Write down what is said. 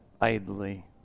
idly